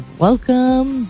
welcome